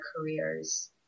careers